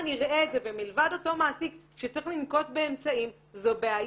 יראה את זה ומלבד אותו מעסיק שצריך לנקוט באמצעים זו בעיה.